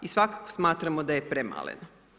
I svakako smatramo da je premalen.